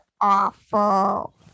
awful